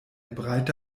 breite